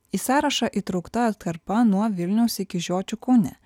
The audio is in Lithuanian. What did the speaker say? į sąrašą įtraukta atkarpa nuo vilniaus iki žiočių kaune